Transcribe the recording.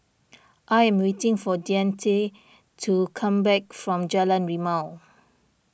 I am waiting for Deante to come back from Jalan Rimau